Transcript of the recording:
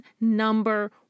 number